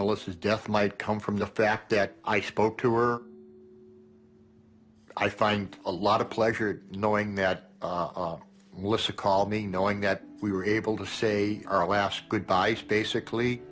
melissa's death might come from the fact that i spoke to or i find a lot of pleasure knowing that lissa called me knowing that we were able to say our last goodbyes basically